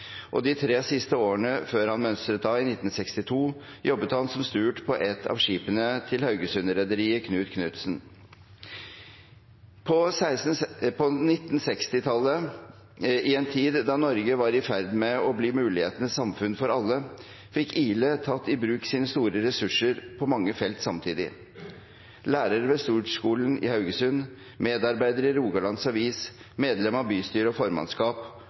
og de tre siste årene før han mønstret av i 1962, jobbet han som stuert på et av skipene til Haugesund-rederiet Knut Knutsen OAS. På 1960-tallet, i en tid da Norge var i ferd med å bli mulighetenes samfunn for alle, fikk Ihle tatt i bruk sine store ressurser på mange felt samtidig: lærer ved stuertskolen i Haugesund, medarbeider i Rogalands Avis, medlem av bystyre og formannskap